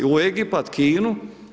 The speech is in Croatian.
U Egipat, Kinu.